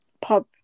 pub